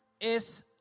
Es